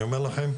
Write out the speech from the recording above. אני אומר לכם,